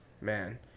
Man